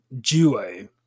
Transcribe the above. duo